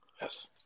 Yes